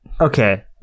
okay